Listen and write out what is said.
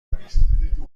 دارم